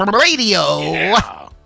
Radio